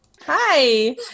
Hi